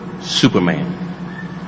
Superman